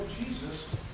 Jesus